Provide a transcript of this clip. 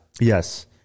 Yes